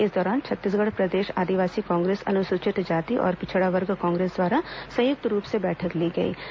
इस दौरान छत्तीसगढ़ प्रदेश आदिवासी कांग्रेस अनुसचित जाति और पिछड़ा वर्ग कांग्रेस द्वारा संयुक्त रूप से बैठकें ली जाएंगी